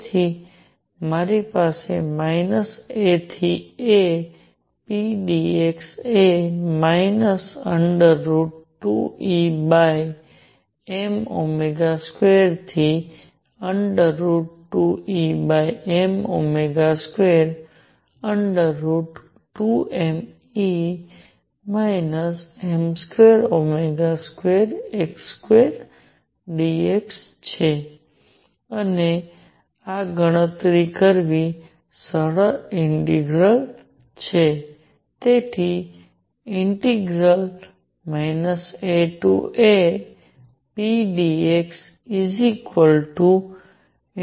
તેથી મારી પાસે માઇનસ A થી A p dx એ 2Em2 થી 2Em2 √ dx છે અને આ ગણતરી કરવી સરળ ઇન્ટિગ્રલ છે